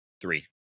three